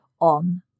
on